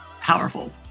powerful